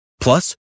Plus